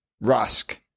Rusk